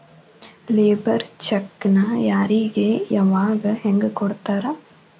Labour ಚೆಕ್ಕ್ನ್ ಯಾರಿಗೆ ಯಾವಗ ಹೆಂಗ್ ಕೊಡ್ತಾರ?